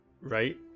right